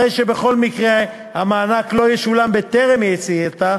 הרי שבכל מקרה המענק לא ישולם בטרם יציאתה,